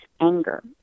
anger